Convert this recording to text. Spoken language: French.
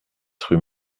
rue